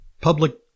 public